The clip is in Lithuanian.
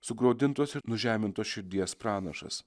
sugraudintos ir nužemintos širdies pranašas